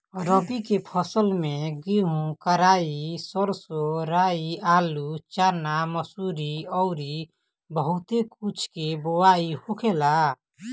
रबी के फसल में गेंहू, कराई, सरसों, राई, आलू, चना, मसूरी अउरी बहुत कुछ के बोआई होखेला